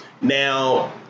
Now